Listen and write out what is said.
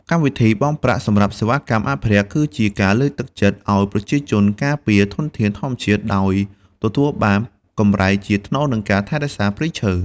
កម្មវិធី បង់ប្រាក់សម្រាប់សេវាកម្មអភិរក្ស គឺជាការលើកទឹកចិត្តឲ្យប្រជាជនការពារធនធានធម្មជាតិ ដោយទទួលបានកម្រៃជាថ្នូរនឹងការថែរក្សាព្រៃឈើ។